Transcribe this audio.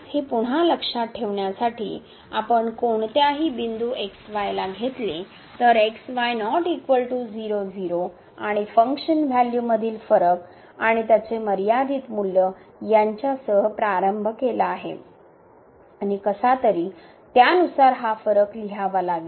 हे पुन्हा लक्षात ठेवण्यासाठी आपण कोणत्याही बिंदू घेतले तर आणि फंक्शन व्हॅल्यूमधील फरक आणि त्याचे मर्यादित मूल्य यांच्यासह प्रारंभ केला आहे आणि कसा तरी त्यानुसार हा फरक लिहावा लागेल